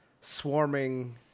Swarming